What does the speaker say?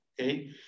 Okay